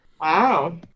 Wow